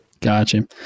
Gotcha